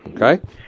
Okay